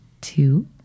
two